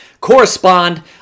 Correspond